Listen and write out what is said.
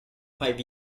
five